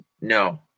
No